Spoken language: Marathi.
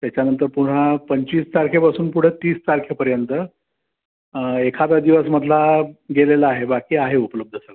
त्याच्यानंतर पुन्हा पंचवीस तारखेपासून पुढं तीस तारखेपर्यंत एखादा दिवस मधला गेलेला आहे बाकी आहे उपलब्ध सगळं